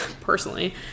personally